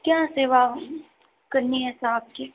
क्या सेवा करनी है सर आपकी